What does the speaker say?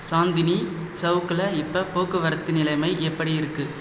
சாந்தினி சவுக்கில் இப்போ போக்குவரத்து நிலைமை எப்படி இருக்கு